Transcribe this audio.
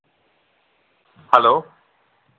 hello